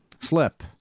slip